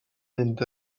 mynd